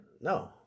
No